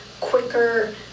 quicker